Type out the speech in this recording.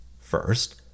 First